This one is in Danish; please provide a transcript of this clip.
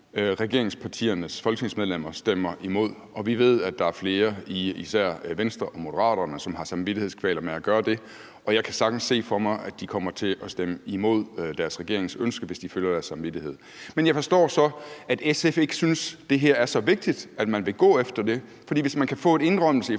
regeringspartiernes folketingsmedlemmer stemmer imod, og vi ved, at der er flere i især Venstre og Moderaterne, som har samvittighedskvaler med at gøre det. Og jeg kan sagtens se for mig, at de kommer til at stemme imod deres regerings ønske, hvis de følger deres samvittighed. Men jeg forstår så, at SF ikke synes, at det her er så vigtigt, at man vil gå efter det. For hvis man kan få en indrømmelse